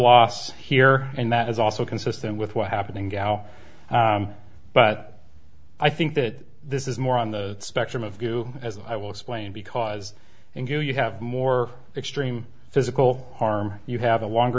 loss here and that is also consistent with what happening how but i think that this is more on the spectrum of do as i will explain because and you you have more extreme physical harm you have a longer